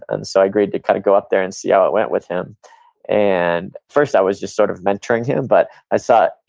and so i agreed to kind of go up there and see how it went with him and first, i was just sort of mentoring him, but i thought,